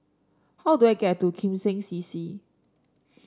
how do I get to Kim Seng C C